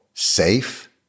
safe